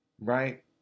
Right